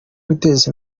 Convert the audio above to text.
guteza